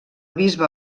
bisbe